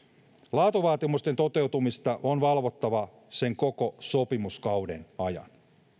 laatuvaatimusten toteutumista on valvottava sen koko sopimuskauden ajan